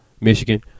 Michigan